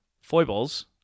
foibles